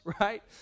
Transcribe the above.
right